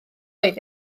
oedd